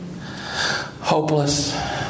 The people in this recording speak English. hopeless